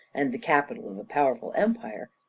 and the capital of a powerful empire,